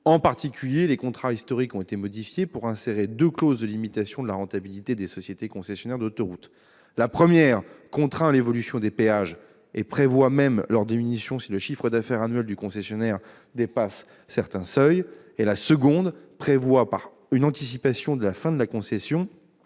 En particulier, les contrats historiques ont été modifiés pour insérer deux clauses de limitation de la rentabilité des sociétés concessionnaires d'autoroutes : la première contraint l'évolution des péages et prévoit même leur diminution si le chiffre d'affaires annuel du concessionnaire dépasse certains seuils ; et la seconde prévoit une anticipation de la fin de la concession,